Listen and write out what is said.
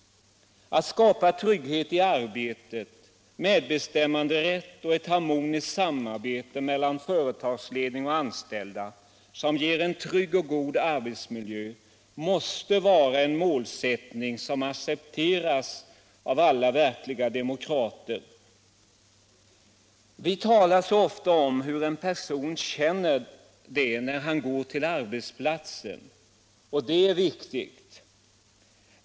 Att skapa trygghet i arbetet, medbestämmanderätt och ett harmoniskt samarbete mellan företagsledning och anställda som ger en trygg och god arbetsmiljö måste vara en målsättning som accepteras av alla verkliga demokrater. Vi talar så ofta om hur en person känner det när han går till arbetsplatsen — och det är viktigt.